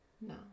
No